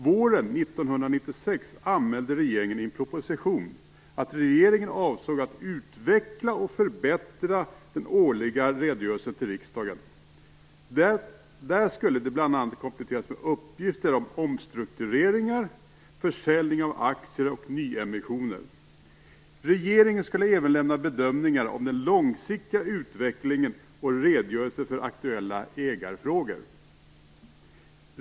Våren 1996 anmälde regeringen i en proposition att den avsåg att utveckla och förbättra den årliga redogörelsen till riksdagen. Denna skulle bl.a. kompletteras med uppgifter om omstruktureringar, försäljning av aktier och nyemissioner. Regeringen skulle även lämna bedömningar om den långsiktiga utvecklingen och en redogörelse för aktuella ägarfrågor.